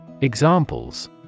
Examples